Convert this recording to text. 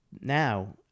now